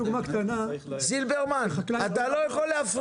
אדוני השר, אתה לא הולך.